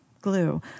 glue